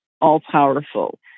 all-powerful